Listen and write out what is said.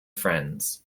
friends